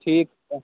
ठीक छै